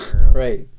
Right